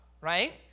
right